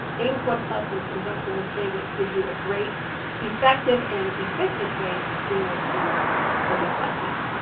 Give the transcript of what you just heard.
aimswebplus in conjunction with shaywitz gives you a great effective and efficient way to screen those students for dyslexia.